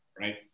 right